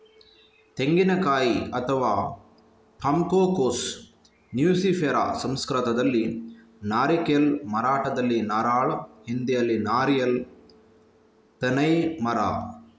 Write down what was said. ತೆಂಗಿನಕಾಯಿ ಅಥವಾ ಪಾಮ್ಕೋಕೋಸ್ ನ್ಯೂಸಿಫೆರಾ ಸಂಸ್ಕೃತದಲ್ಲಿ ನಾರಿಕೇಲ್, ಮರಾಠಿಯಲ್ಲಿ ನಾರಳ, ಹಿಂದಿಯಲ್ಲಿ ನಾರಿಯಲ್ ತೆನ್ನೈ ಮರ